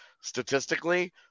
statistically